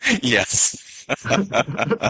Yes